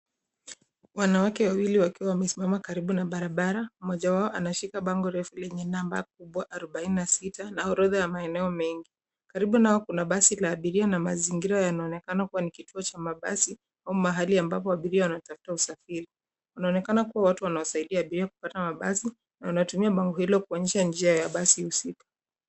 Wanawake wawili wakiwa wamesimama karibu na barabara, mmoja wao anashika bango refu lenye namba kubwa 46,na orodha ya maeneo mengi. Karibu nao kuna basi la abiria na mazingira yanaonekana kuwa ni kituo cha mabasi au mahali ambapo abiria wanatafuta usafiri. Kunaonekana kuwa watu wanaosaidia pia kupata usafiri, na wanatumia bango hilo kuonyesha njia ya basi husika.